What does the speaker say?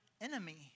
enemy